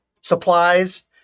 supplies